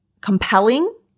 compelling